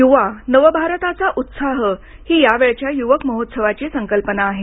युवा नवभारताचा उत्साह ही या वेळच्या युवक महोत्सवाची संकल्पना आहे